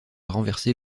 renverser